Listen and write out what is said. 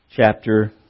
Chapter